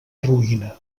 ruïna